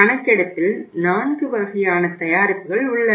கணக்கெடுப்பில் 4 வகையான தயாரிப்புகள் உள்ளன